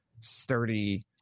sturdy